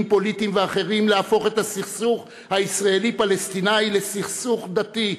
פוליטיים ואחרים להפוך את הסכסוך הישראלי פלסטיני לסכסוך דתי,